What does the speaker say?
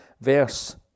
Verse